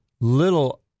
little